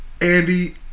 andy